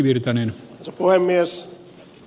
kannatan ed